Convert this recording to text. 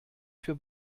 für